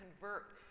convert